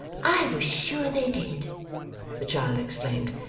i was sure they did the child exclaimed.